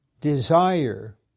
desire